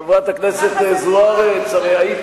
רשות